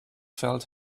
felt